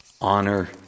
Honor